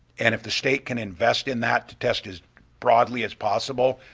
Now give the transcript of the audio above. and if the state can invest in that to test as broadly as possible,